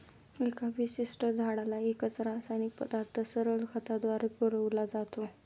एका विशिष्ट झाडाला एकच रासायनिक पदार्थ सरळ खताद्वारे पुरविला जातो